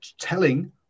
telling